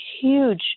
huge